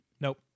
Nope